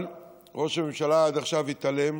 אבל ראש הממשלה עד עכשיו התעלם.